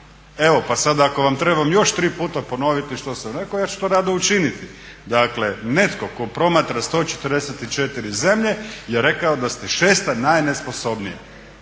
Evo pa sada ako vam trebam još tri puta ponoviti što sam rekao ja ću to rado učiniti. Dakle, netko tko promatra 144 zemlje je rekao da ste 6 najnesposobnija,